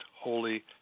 Holy